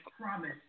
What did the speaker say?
promise